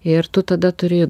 ir tu tada turi